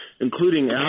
including